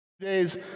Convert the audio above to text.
Days